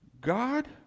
God